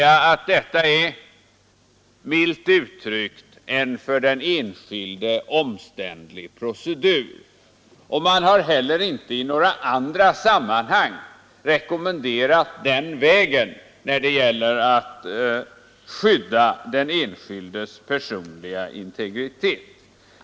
ARA Detta är milt uttryckt en för den enskilde omständlig procedur, och uppgiftsi RER man har heller inte i några andra sammanhang rekommenderat den vägen Hukerbjus Ve enkat:. undersökningar när det gäller att skydda den enskildes personliga integritet.